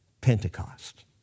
Pentecost